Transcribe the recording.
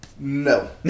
No